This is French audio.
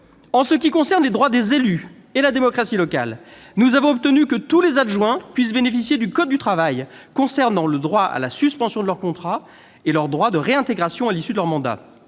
En ce qui concerne les droits des élus et la démocratie locale, nous avons obtenu que tous les adjoints puissent bénéficier des dispositions du code du travail pour ce qui est du droit à la suspension de leur contrat de travail et du droit à réintégration à l'issue de leur mandat.